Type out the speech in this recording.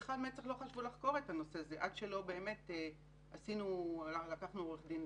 מצ"ח בכלל לא חשבו לחקור את הנושא הזה עד שלא לקחנו עורך דין.